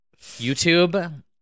YouTube